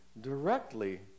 directly